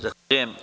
Zahvaljujem.